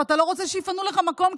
ואתה לא רוצה שיפנו לך מקום,